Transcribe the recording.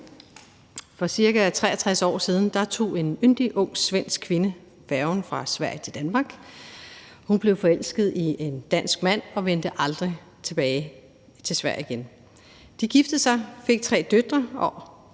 For ca. 63 år siden tog en yndig ung svensk kvinde færgen fra Sverige til Danmark. Hun blev forelsket i en dansk mand og vendte aldrig tilbage til Sverige igen. De giftede sig og fik tre døtre, og